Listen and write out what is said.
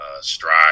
strive